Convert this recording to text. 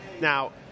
Now